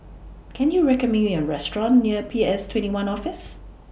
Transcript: Can YOU recommend Me A Restaurant near P S twenty one Office